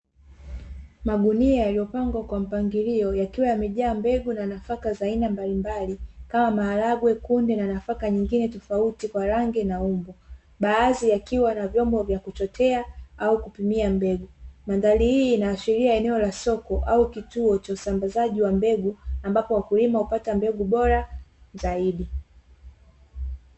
Magunia yaliyopangwa kwampangilio yakiwa yamejaa mbegu za nafaka za aina mbalimbali kama maharagwe, kunde na nafaka nyingine tofauti baadhi zikiwa na vyombo vya kuchote madhari hii inaashiria sehemu ya soko au kituo cha usambazaji wa mbegu, ambapo wakulima hupata mbegu bora zaidi.